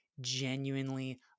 genuinely